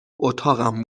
اتاقم